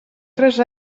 tres